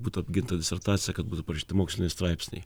būtų apginta disertacija kad būtų parašyti moksliniai straipsniai